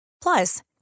Plus